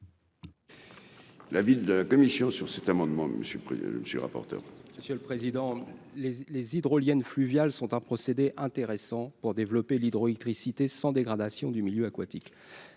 La ville de commission sur cet amendement, monsieur le monsieur le rapporteur. Monsieur le président, les les hydroliennes fluviales sont un procédé intéressant pour développer l'hydroélectricité sans dégradation du milieu aquatique,